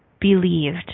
believed